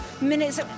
minutes